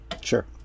Sure